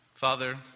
Father